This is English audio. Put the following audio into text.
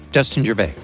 justin jubei.